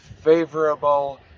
favorable